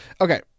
Okay